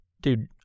dude